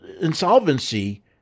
insolvency